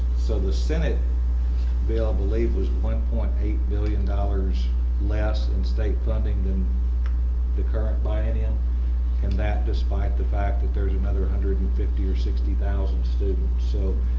so the senate bill i believe was one point eight billion dollars less and state funding than the current biennium and that despite the fact that there's another one hundred and fifty or sixty thousand students so